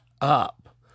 up